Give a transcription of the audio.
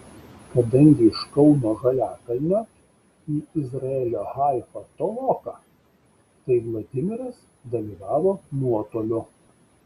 kadangi iš kauno žaliakalnio į izraelio haifą toloka tai vladimiras dalyvavo nuotoliu